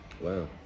Wow